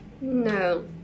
No